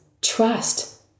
trust